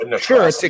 Sure